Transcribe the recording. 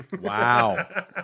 Wow